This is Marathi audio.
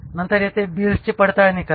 नंतर येते बिल्सची पडताळणी करणे